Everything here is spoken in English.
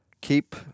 Keep